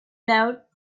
doubt